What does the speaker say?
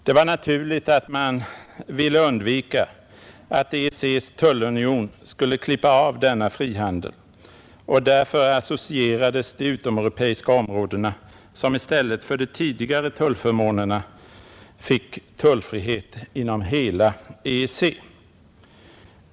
Det var naturligt att man ville undvika att EEC:s tullunion skulle klippa av denna frihandel, och därför associerades de utomeuropeiska områdena, som i stället för de tidigare tullförmånerna fick tullfrihet inom hela EEC.